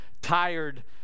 tired